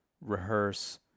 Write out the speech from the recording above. rehearse